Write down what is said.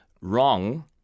wrong